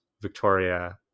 Victoria